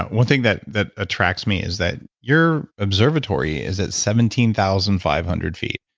one thing that that attracts me is that your observatory is at seventeen thousand five hundred feet.